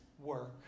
work